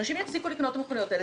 אנשים יפסיקו לקנות את המכוניות האלה.